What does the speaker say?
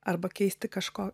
arba keisti kažko